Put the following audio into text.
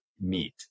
meat